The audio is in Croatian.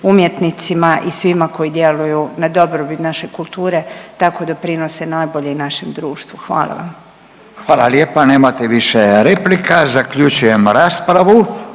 umjetnicima i svima koji djeluju na dobrobit naše kulture, tako doprinose najbolje i našem društvu, hvala vam. **Radin, Furio (Nezavisni)** Hvala lijepa, nemate više replika, zaključujem raspravu,